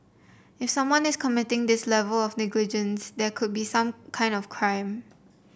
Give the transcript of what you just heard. if someone is committing this level of negligence there could be some kind of crime